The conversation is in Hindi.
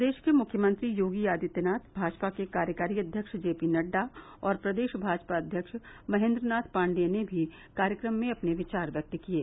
प्रदेश के मुख्यमंत्री योगी आदित्यनाथ भाजपा के कार्यकारी अध्यक्ष जे पी नड्डा और प्रदेश भाजपा अध्यक्ष महेन्द्र नाथ पांडेय ने भी कार्यक्रम में अपने विचार व्यक्त किये